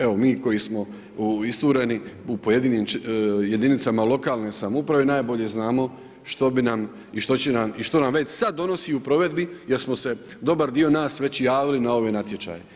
Evo mi koji smo istureni u pojedinim jedinicama lokalne samouprave najbolje znamo što bi nam i što će nam i što nam već sada donosi u provedbi jer smo se dobar dio nas već i javili na ove natječaje.